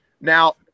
Now